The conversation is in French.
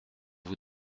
vous